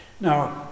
Now